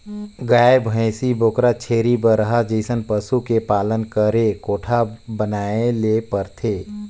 गाय, भइसी, बोकरा, छेरी, बरहा जइसन पसु के पालन करे कोठा बनाये ले परथे